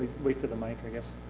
wait for the mic, i guess.